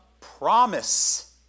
Promise